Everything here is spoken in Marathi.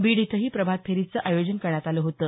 बीड इथंही प्रभात फेरीचं आयोजन करण्यात आलं होतं